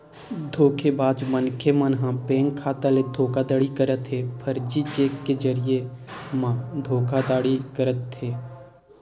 धोखेबाज मनखे मन ह बेंक खाता ले धोखाघड़ी करत हे, फरजी चेक के जरिए म धोखाघड़ी करत हे